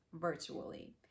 virtually